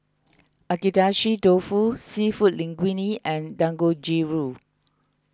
Agedashi Dofu Seafood Linguine and Dangojiru